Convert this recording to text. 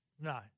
No